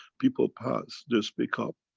people pass, just pick-up.